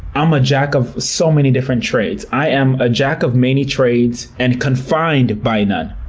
i'm a jack-of-so-many different trades. i am a jack-of-many-trades and confined by none.